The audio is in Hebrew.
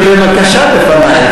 הוא תמיד לוקח את המקום הכי,